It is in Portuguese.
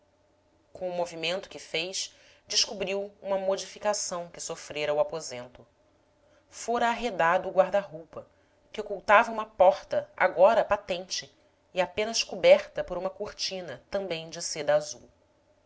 com o movimento que fez descobriu uma modificação que sofrera o aposento fora arredado o guarda roupa que ocultava uma porta agora patente e apenas coberta por uma cortina também de seda azul